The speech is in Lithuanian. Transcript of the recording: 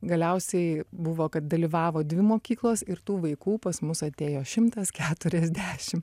galiausiai buvo kad dalyvavo dvi mokyklos ir tų vaikų pas mus atėjo šimtas keturiasdešim